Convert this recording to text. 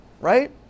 right